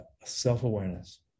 self-awareness